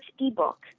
ebook